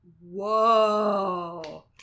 Whoa